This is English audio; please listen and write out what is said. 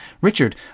Richard